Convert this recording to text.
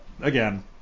again